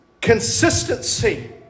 consistency